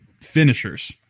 finishers